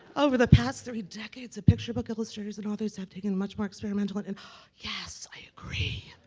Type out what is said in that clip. over the past three decades a picture book illustrators and authors have taken much more experimental and and yes, i agree